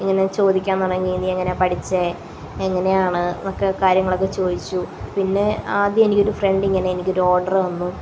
ഇങ്ങനെ ചോദിക്കാൻ തുടങ്ങി നീ എങ്ങനെയാണ് പഠിച്ചത് എങ്ങനെയാണ് എന്നൊക്കെ കാര്യങ്ങളൊക്കെ ചോദിച്ചു പിന്നെ ആദ്യം എനിക്കിങ്ങനെ ഒര് ഫ്രെണ്ടിങ്ങനെ എനിക്ക് ഒരു ഓർഡർ തന്നു